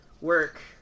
work